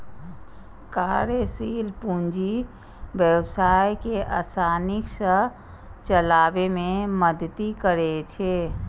कार्यशील पूंजी व्यवसाय कें आसानी सं चलाबै मे मदति करै छै